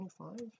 25